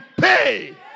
pay